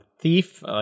thief